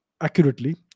accurately